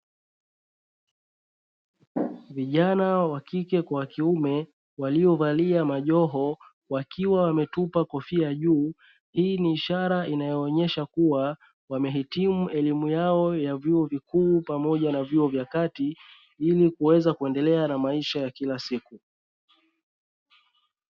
Vijana wakike kwa wakiume waliovalia majoho wakiwa wametupa kofia juu, hii ni ishara inayoonesha kuwa wamehitimu elimu yao ya vyuo vikuu pamoja na vyuo vya kati, ili kuweza kuendelea na maisha ya kila siku.